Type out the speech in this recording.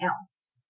else